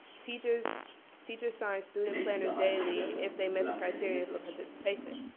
teachers teachers signed student planners daily if they met the criteria for participation.